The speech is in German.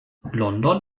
london